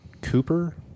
Cooper